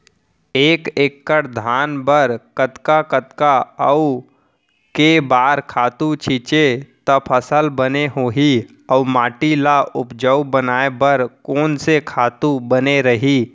एक एक्कड़ धान बर कतका कतका अऊ के बार खातू छिंचे त फसल बने होही अऊ माटी ल उपजाऊ बनाए बर कोन से खातू बने रही?